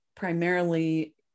primarily